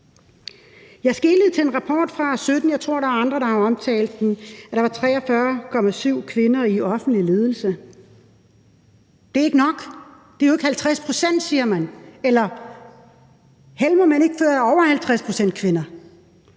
Jeg skelede til en rapport fra 2017 – jeg tror, der er andre, der har omtalt den – hvor det fremgår, at der er 43,7 pct. kvinder i offentlig ledelse. Det er ikke nok. Det er jo ikke 50 pct., siger man. Eller helmer man ikke, før det er over 50 pct. kvinder?